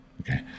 Okay